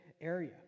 area